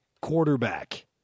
quarterback